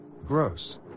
Gross